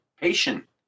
patient